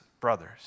brothers